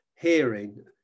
hearing